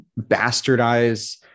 bastardize